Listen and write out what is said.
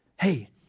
Hey